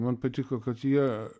man patiko kad jie